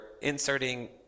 inserting